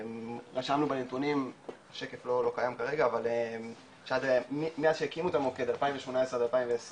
רשמנו בנתונים השקף לא קיים כרגע שמאז שהקימו את המוקד 2018 2020